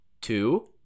Two